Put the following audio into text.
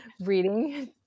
reading